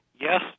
Yes